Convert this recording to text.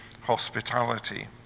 hospitality